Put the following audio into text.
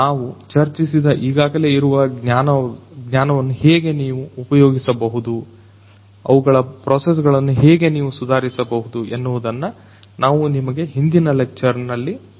ನಾವು ಚರ್ಚಿಸಿದ ಈಗಾಗಲೇ ಇರುವ ಜ್ಞಾನವನ್ನು ಹೇಗೆ ನೀವು ಉಪಯೋಗಿಸಬಹುದು ಅವುಗಳ ಪ್ರೋಸೆಸ್ ಗಳನ್ನು ಹೇಗೆ ನೀವು ಸುಧಾರಿಸಬಹುದು ಎನ್ನುವುದನ್ನು ನಾವು ನಿಮಗೆ ಹಿಂದಿನ ಲೆಕ್ಚರ್ ಗಳಲ್ಲಿ ಕಲಿಸಿದ್ದೇವೆ